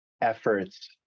efforts